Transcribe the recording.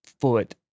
foot